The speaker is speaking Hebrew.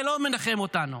זה לא מנחם אותנו.